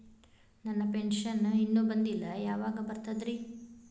ನನ್ನ ಪೆನ್ಶನ್ ಇನ್ನೂ ಬಂದಿಲ್ಲ ಯಾವಾಗ ಬರ್ತದ್ರಿ?